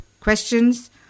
questions